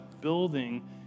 building